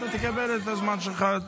אתה תקבל את הזמן שלך.